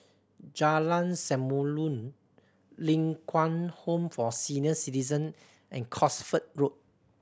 Jalan Samulun Ling Kwang Home for Senior Citizen and Cosford Road